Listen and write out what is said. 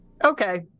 Okay